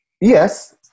Yes